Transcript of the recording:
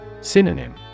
Synonym